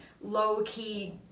low-key